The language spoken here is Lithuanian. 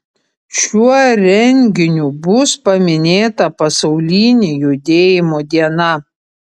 šiuo renginiu bus paminėta pasaulinė judėjimo diena